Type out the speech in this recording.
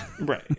Right